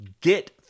Get